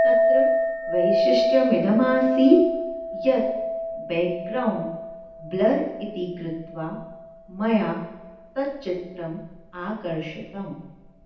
तत्र वैशिष्ट्यमिदमासीत् यत् बेक्ग्रौण्ड् ब्लर् इति कृत्वा मया तच्चित्रम् आकर्षतम्